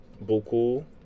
beaucoup